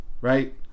right